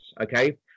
okay